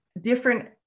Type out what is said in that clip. different